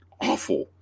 awful